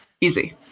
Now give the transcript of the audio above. Easy